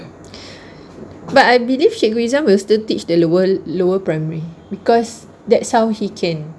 but I believe cikgu iza will still teach the lower lower primary because that's how he can